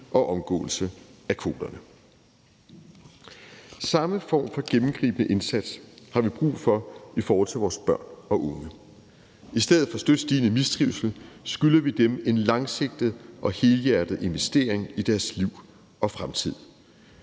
og omgåelse af kvotereglerne. Kl. 19:38 Samme form for gennemgribende indsats har vi brug for i forhold til vores børn og unge. I stedet for støt stigende mistrivsel skylder vi dem en langsigtet og helhjertet investering i deres liv og fremtid.